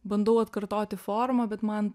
bandau atkartoti formą bet man